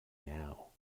now